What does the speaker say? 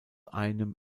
einem